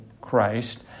Christ